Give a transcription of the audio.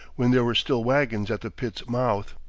when there were still wagons at the pit's mouth.